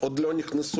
אז למה התכנסנו?